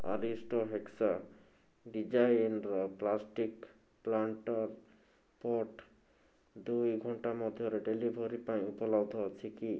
Aristo hexa designer plastic planter pot ଦୁଇ ଘଣ୍ଟାମଧ୍ୟରେ delivery ପାଇଁ ଉପଲବ୍ଧ ଅଛି କି